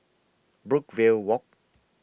Brookvale Walk